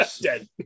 dead